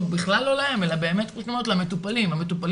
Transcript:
כמה שיותר תקנים של המקצוע